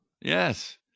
yes